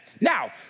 Now